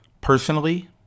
Personally